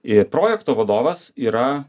ir projekto vadovas yra